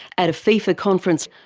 at a fifa conference